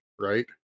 right